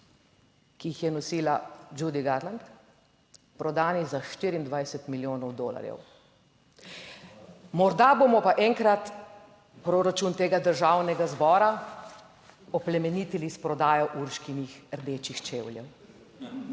ki jih je nosila Judy Garland, prodani za 24 milijonov dolarjev. Morda bomo pa enkrat proračun tega Državnega zbora oplemenitili s prodajo Urškinih rdečih čevljev